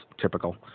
typical